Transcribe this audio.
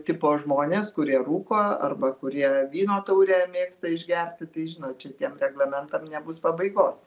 tipo žmones kurie rūko arba kurie vyno taurę mėgsta išgerti tai žinot čia tiem reglamentam nebus pabaigos